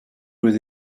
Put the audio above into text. with